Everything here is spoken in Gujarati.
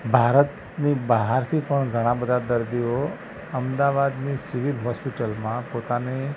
ભારતની બહારથી પણ ઘણાં બધા દર્દીઓ અમદાવાદની સિવિલ હૉસ્પિટલમાં પોતાની